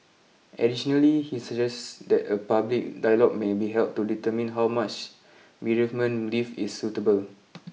additionally he suggests that a public dialogue may be held to determine how much bereavement leave is suitable